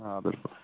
آ بِلکُل